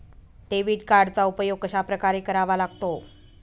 Debit कार्डचा उपयोग कशाप्रकारे करावा लागतो?